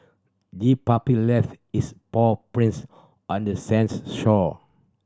the puppy left its paw prints on the sands shore